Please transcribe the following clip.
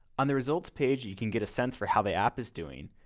on the results page, you can get a sense for how the app is doing,